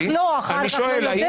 אומרת - אני שואל,